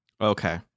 Okay